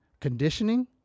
conditioning